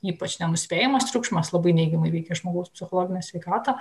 ypač nenuspėjamas triukšmas labai neigiamai veikia žmogaus psichologinę sveikatą